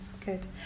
good